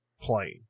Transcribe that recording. plane